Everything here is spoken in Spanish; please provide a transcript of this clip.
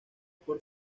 por